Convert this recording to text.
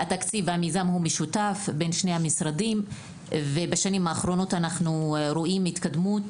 המיזם הוא משותף לשני המשרדים ובשנים האחרונות אנחנו רואים התקדמות,